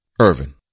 Irvin